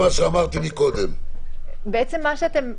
שר המשפטים והשר לביטחון הפנים (בסעיף זה,